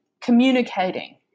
communicating